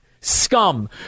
Scum